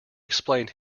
explain